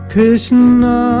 Krishna